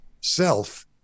self